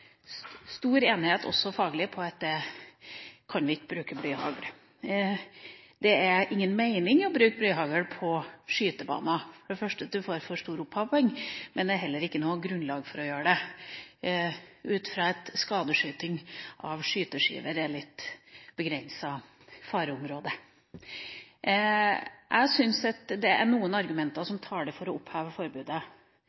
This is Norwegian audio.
stor enighet, også faglig, om at der kan vi ikke bruke blyhagl. Det er ingen mening i å bruke blyhagl på skytebanen. For det første får man for stor opphopning, men det er heller ikke noe grunnlag for å gjøre det – ut fra at skadeskyting av skyteskiver er et litt begrenset fareområde. Jeg syns at noen argumenter